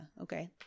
okay